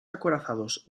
acorazados